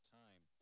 time